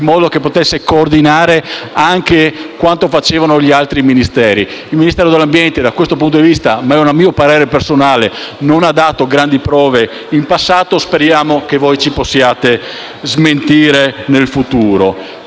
in modo che potesse coordinare anche quanto facevano gli altri Ministeri. Il Ministero dell'ambiente, da questo punto di vista (ma è un mio parere personale), non ha dato gradi prove in passato; speriamo che voi ci possiate smentire nel futuro.